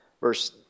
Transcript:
Verse